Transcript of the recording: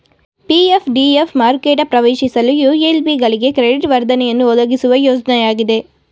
PF D F ಮಾರುಕೆಟ ಪ್ರವೇಶಿಸಲು U L B ಗಳಿಗೆ ಕ್ರೆಡಿಟ್ ವರ್ಧನೆಯನ್ನು ಒದಗಿಸುವ ಯೋಜ್ನಯಾಗಿದೆ